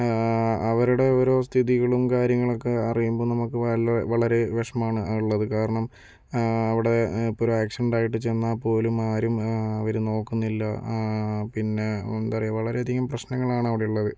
അവരുടെ ഓരോ സ്ഥിതികളും കാര്യങ്ങളുമൊക്കെ അറിയുമ്പോൾ നമുക്ക് വളരെ വിഷമമാണ് ഉള്ളത് കാരണം അവിടെ ഇപ്പോൾ ഒരു ആക്സിഡന്റ് ആയിട്ട് ചെന്നാൽ പോലും ആരും അവരെ നോക്കുന്നില്ല പിന്നെ എന്താ പറയുക വളരെയധികം പ്രശ്നങ്ങളാണ് അവിടെയുള്ളത്